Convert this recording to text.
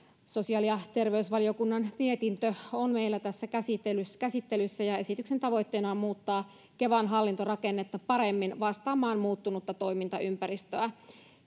sosiaali ja terveysvaliokunnan mietintö on meillä tässä käsittelyssä ja esityksen tavoitteena on muuttaa kevan hallintorakennetta paremmin vastaamaan muuttunutta toimintaympäristöä